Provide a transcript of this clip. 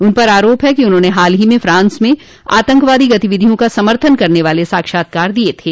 उन पर आरोप है कि उन्होंने हाल ही में फ्रांस में आतंकवादी गतिविधियों का समर्थन करने वाले साक्षात्कार दिए थे